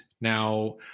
Now